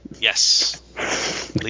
Yes